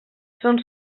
són